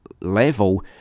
level